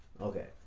Okay